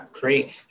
great